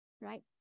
Right